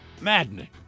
Maddening